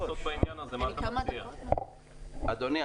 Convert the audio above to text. אדוני,